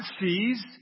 sees